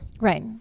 Right